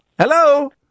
Hello